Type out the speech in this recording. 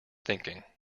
thinking